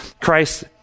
Christ